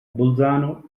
bolzano